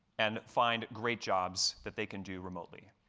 and find great jobs that they can do remotely.